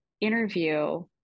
interview